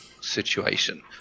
situation